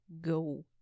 go